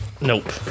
Nope